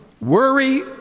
worry